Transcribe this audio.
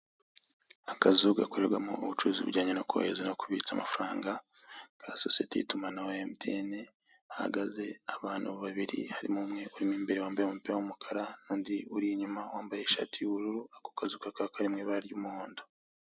Akazu gakorerwamo ubucuruzi bujyanye no kohereza no kubitsa amafaranga ka sosiyete y'itumanaho ya emutiyene hahagaze abantu babiri harimo umwe uri mu imbere wambaye umupira w'umukara n'undi uri inyuma wambaye ishati y'bururu ako kazu kakaba kari mu ibara ry'umuhondo.